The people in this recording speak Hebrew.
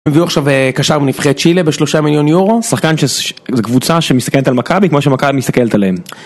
הם הביאו עכשיו קשר מנבחרת צ'ילה בשלושה מיליון יורו, שחקן של קבוצה שמסתכלת על מכבי כמו שמכבי מסתכלת עליהם